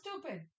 stupid